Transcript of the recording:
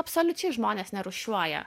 absoliučiai žmonės nerūšiuoja